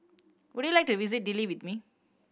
would you like to visit Dili with me